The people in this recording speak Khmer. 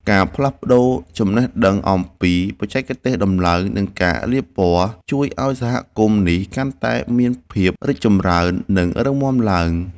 ការផ្លាស់ប្តូរចំណេះដឹងអំពីបច្ចេកទេសដំឡើង និងការលាបពណ៌ជួយឱ្យសហគមន៍នេះកាន់តែមានភាពរីកចម្រើន និងរឹងមាំឡើង។